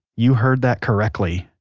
you heard that correctly.